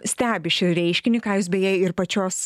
stebi šį reiškinį ką jūs beje ir pačios